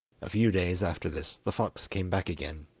a few days after this the fox came back again.